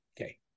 Okay